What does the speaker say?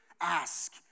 Ask